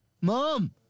Mom